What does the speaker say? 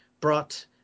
brought